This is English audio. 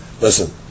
Listen